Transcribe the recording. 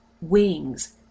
wings